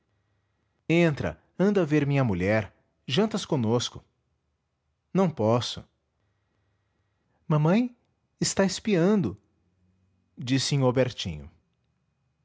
entra anda ver minha mulher jantas conosco não posso mamãe está espiando disse nhô bertinho